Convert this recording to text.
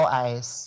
eyes